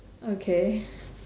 okay